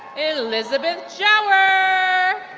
elizabeth jauer'